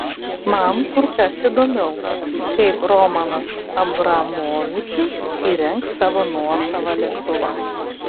man kur kas įdomiau kaip romanas abramovičius įrengs savo nuosavą lėktuvą